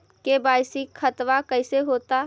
KYC खतबा कैसे होता?